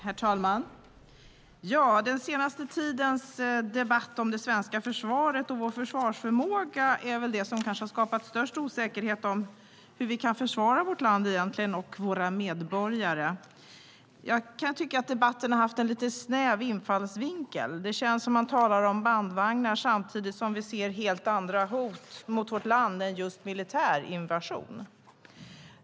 Herr talman! Den senaste tidens debatt om det svenska försvaret och vår försvarsförmåga har skapat störst osäkerhet om hur vi kan försvara vårt land och våra medborgare. Jag kan tycka att debatten har haft en snäv infallsvinkel. Det känns som att man talar om bandvagnar samtidigt som vi ser helt andra hot mot vårt land än just militär invasion.